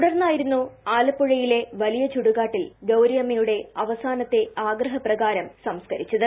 തുടർന്നായിരുന്നു ആലപ്പുഴ യിലെ വലിയ ചൂടുകാട്ടിൽ അവരുടെ അവസാനത്തെ ആഗ്രഹപ്രകാരം സംസ്കാരിച്ചത്